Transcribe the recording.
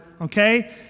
okay